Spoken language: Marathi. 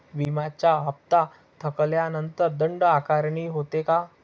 विम्याचा हफ्ता थकल्यानंतर दंड आकारणी होते का?